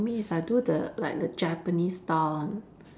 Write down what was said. for me is I do the like the Japanese style one